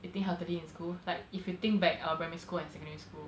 eating healthily in school like if you think back our primary school and secondary school